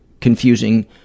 confusing